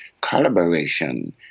collaboration